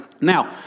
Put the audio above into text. Now